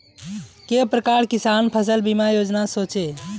के प्रकार किसान फसल बीमा योजना सोचें?